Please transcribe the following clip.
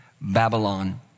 Babylon